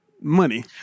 money